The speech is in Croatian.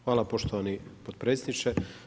Hvala poštovani potpredsjedniče.